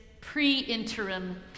pre-interim